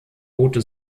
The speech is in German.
boote